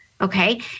okay